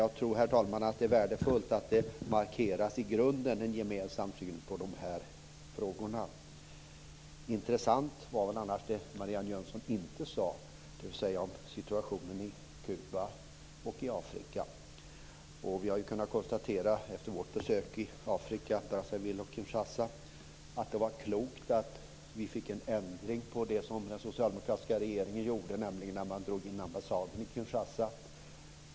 Jag tror att det är värdefullt att en gemensam syn på de här frågorna markeras i grunden. Det som var intressant var annars det som Marianne Jönsson inte sade; hon nämnde inte situationen i Kuba och Afrika. Vi har kunnat konstatera efter vårt besök i Afrika, i Brazzaville och Kinshasa, att det var klokt att det blev en ändring på det som den socialdemokratiska regeringen gjorde när den drog in ambassaden i Kinshasa.